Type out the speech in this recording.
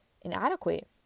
inadequate